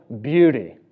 beauty